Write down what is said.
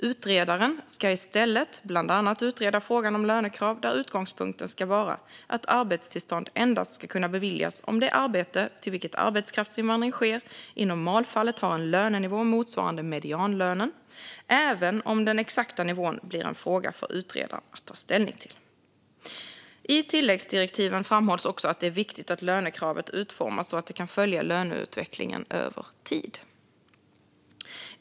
Utredaren ska i stället bland annat utreda frågan om lönekrav, där utgångspunkten ska vara att arbetstillstånd endast ska kunna beviljas om det arbete till vilket arbetskraftsinvandring sker i normalfallet har en lönenivå motsvarande medianlönen, även om den exakta nivån blir en fråga för utredaren att ta ställning till. I tilläggsdirektiven framhålls också att det är viktigt att lönekravet utformas så att det kan följa löneutvecklingen över tid.